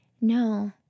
No